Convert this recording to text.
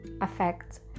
affect